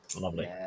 Lovely